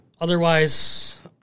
Otherwise